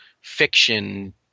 fiction